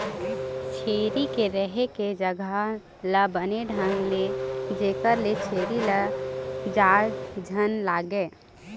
छेरी के रहें के जघा ल बने ढांक दे जेखर ले छेरी ल जाड़ झन लागय